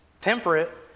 temperate